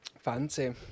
Fancy